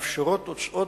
המאפשרות הוצאת